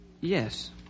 Yes